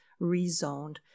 rezoned